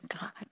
God